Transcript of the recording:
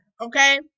okay